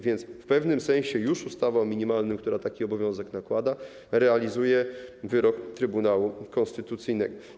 Więc w pewnym sensie już ustawa o minimalnym wynagrodzeniu, która taki obowiązek nakłada, realizuje wyrok Trybunału Konstytucyjnego.